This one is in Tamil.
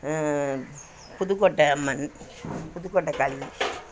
புதுக்கோட்டை அம்மன் புதுக்கோட்டை காளி